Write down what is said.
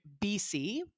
BC